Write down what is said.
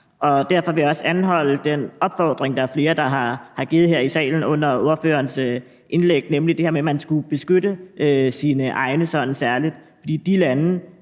Derfor vil jeg også anholde den opfordring, der er flere der har givet her i salen under ordførerens indlæg, nemlig det her med, at man skulle beskytte sine egne særligt, for som det